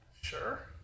Sure